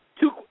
two